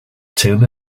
tin